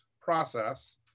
process